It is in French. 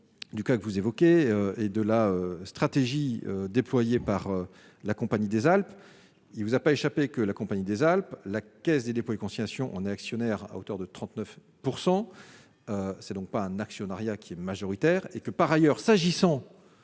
du cas que vous évoquez et de la stratégie déployée par la Compagnie des Alpes, il vous a pas échappé que la Compagnie des Alpes, la Caisse des dépôts et consignations, on est actionnaire à hauteur de 39 % c'est donc pas un actionnariat qui est majoritaire et que par ailleurs s'agissant